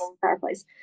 fireplace